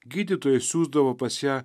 gydytojai siųsdavo pas ją